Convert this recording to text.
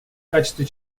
качестве